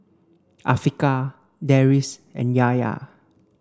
Afiqah Deris and Yahya